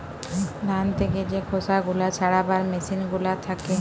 ধান থেকে যে খোসা গুলা ছাড়াবার মেসিন গুলা থাকে